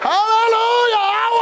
Hallelujah